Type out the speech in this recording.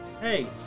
Hey